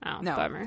no